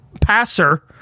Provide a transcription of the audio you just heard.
passer